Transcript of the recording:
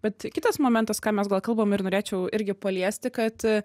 bet kitas momentas ką mes gal kalbam ir norėčiau irgi paliesti kad